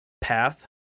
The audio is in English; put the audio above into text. path